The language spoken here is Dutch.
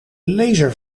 lezer